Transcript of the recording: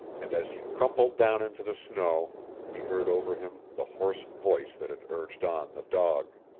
and as he crumpled down into the snow he heard over him the hoarse voice that had urged on the dog.